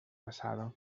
passada